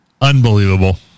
Unbelievable